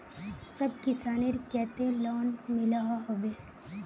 सब किसानेर केते लोन मिलोहो होबे?